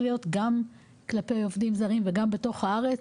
להיות גם כלפי עובדים זרים וגם בתוך הארץ,